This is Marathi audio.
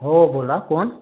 हो बोला कोण